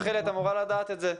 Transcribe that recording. רחלי, את אמורה לדעת את זה.